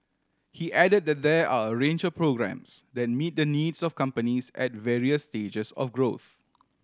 he added that there are a range of programmes that meet the needs of companies at various stages of growth